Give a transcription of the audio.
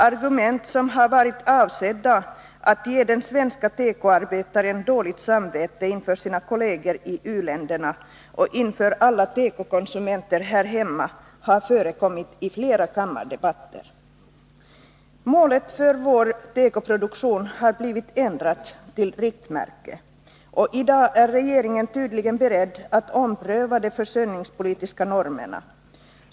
Argument som har varit avsedda att ge den svenske tekoarbetaren dåligt samvete inför sina kolleger i u-länderna och inför alla tekokonsumenter här hemma har förekommit i flera kammardebatter. Målet för vår tekoproduktion har blivit ändrat till riktmärke, och i dag är regeringen tydligen beredd att ompröva de försörjningspolitiska normerna.